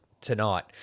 tonight